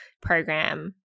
program